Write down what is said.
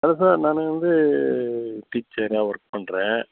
hello sir நான் வந்து டீச்சராக ஒர்க் பண்ணுறேன்